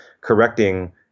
correcting